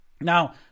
Now